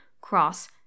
cross